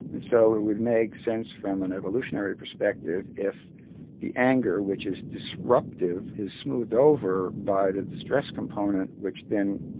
and so it would make sense from an evolutionary perspective if the anger, which is disruptive, is smoothed over by the distress component which then,